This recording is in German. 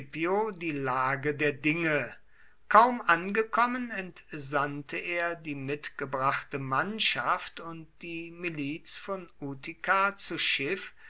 die lage der dinge kaum angekommen entsandte er die mitgebrachte mannschaft und die miliz von utica zu schiff